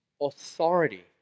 authority